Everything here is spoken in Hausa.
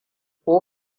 ko